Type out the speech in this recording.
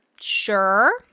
Sure